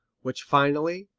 which finally,